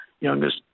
youngest